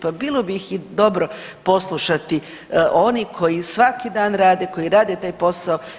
Pa bilo bi ih dobro poslušati oni koji svaki dan rade, koji rade taj posao.